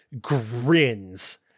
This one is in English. Grins